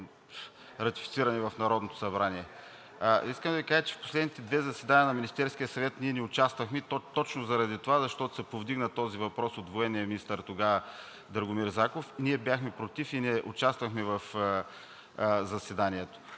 ратифициране в Народното събрание. Искам да Ви кажа, че в последните две заседания на Министерския съвет ние не участвахме, и то точно заради това, защото се повдигна този въпрос от военния министър, тогава Драгомир Заков. Ние бяхме против и не участвахме в заседанието.